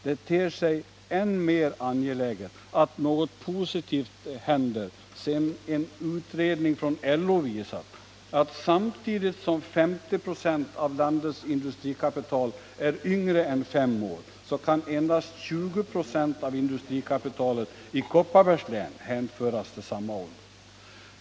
Det ter sig än mer angeläget att något positivt händer sedan en utredning från LO visat att samtidigt som 50 96 av landets industrikapital är yngre än fem år kan endast 20 96 av industrikapitalet i Kopparbergs län hänföras till samma ålder.